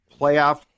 playoff